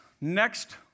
next